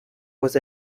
was